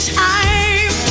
time